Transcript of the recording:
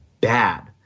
bad